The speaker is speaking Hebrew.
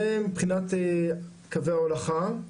זה מבחינת קווי ההולכה.